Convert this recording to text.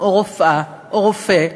או רופאה או רופא,